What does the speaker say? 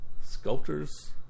Sculptors